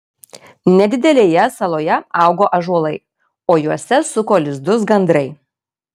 nedidelėje saloje augo ąžuolai o juose suko lizdus gandrai